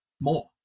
more